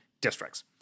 districts